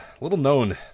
little-known